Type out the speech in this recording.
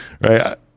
right